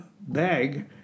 bag